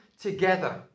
together